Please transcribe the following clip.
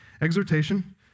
Exhortation